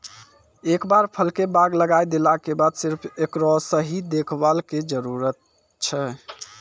एक बार फल के बाग लगाय देला के बाद सिर्फ हेकरो सही देखभाल के जरूरत होय छै